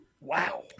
Wow